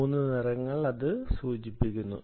3 നിറങ്ങൾ സൂചിപ്പിച്ചിരിക്കുന്നു